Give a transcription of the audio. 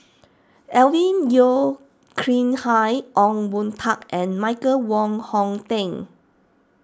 Alvin Yeo Khirn Hai Ong Boon Tat and Michael Wong Hong Teng